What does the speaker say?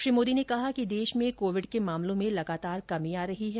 श्री मोदी ने कहा कि देश में कोविड के मामलों में लगातार कमी आ रही है